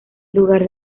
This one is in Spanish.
lugar